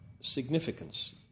significance